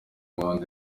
muhanzi